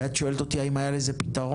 ואת שואלת אותי האם היה לזה פתרון?